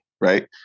Right